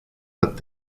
but